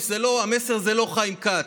המסר זה לא חיים כץ.